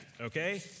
Okay